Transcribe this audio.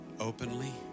openly